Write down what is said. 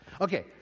Okay